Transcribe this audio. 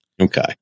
Okay